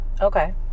Okay